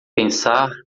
pensar